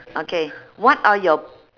okay what are your